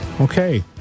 Okay